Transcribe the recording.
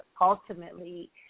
ultimately